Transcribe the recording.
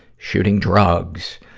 shooting drugs,